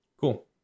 Cool